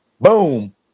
boom